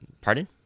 pardon